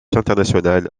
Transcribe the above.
international